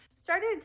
started